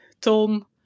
Tom